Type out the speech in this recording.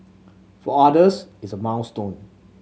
for others it's a milestone